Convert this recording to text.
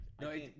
No